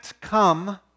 come